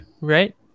right